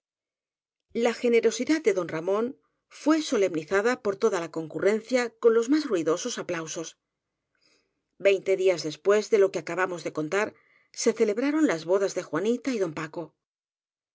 la generosidad de don ramón fué solemnizada por toda la concurrencia con los más ruidosos aplausos veinte días después de lo que acabamos de contar se celebraron las bodas de juanita y don paco